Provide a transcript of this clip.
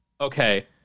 okay